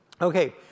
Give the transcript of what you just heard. Okay